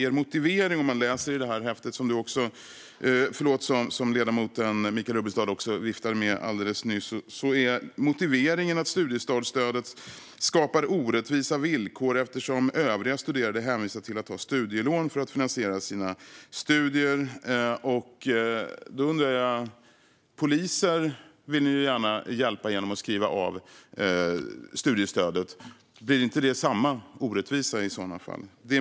Er motivering, kan man läsa i häftet som ledamoten Michael Rubbestad viftade med alldeles nyss, är att studiestartsstödet skapar orättvisa villkor eftersom övriga studerande hänvisas till att ta studielån för att finansiera sina studier. Då har jag en fråga. Poliser vill ni ju gärna hjälpa genom att skriva av studielånet. Blir inte det samma orättvisa i så fall?